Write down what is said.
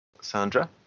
Sandra